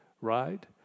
Right